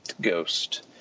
ghost